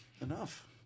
enough